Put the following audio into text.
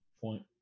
Point